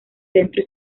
centro